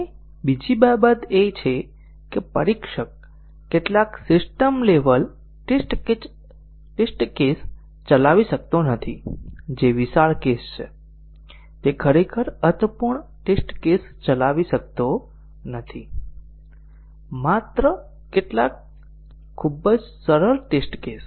અને બીજી બાબત એ છે કે પરીક્ષક ખરેખર સિસ્ટમ લેવલ ટેસ્ટ કેસ ચલાવી શકતો નથી જે વિશાળ કેસ છે તે ખરેખર અર્થપૂર્ણ ટેસ્ટ કેસ ચલાવી શકતો નથી માત્ર કેટલાક ખૂબ જ સરળ ટેસ્ટ કેસ